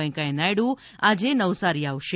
વેંકઈયા નાયડુ આજે નવસારી આવશે